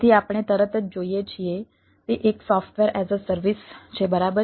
તેથી આપણે તરત જ જોઈએ છીએ તે એક સોફ્ટવેર એઝ અ સર્વિસ છે બરાબર